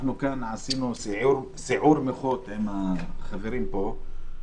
אנחנו עשינו סיעור מוחות עם החברים כאן.